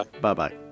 Bye-bye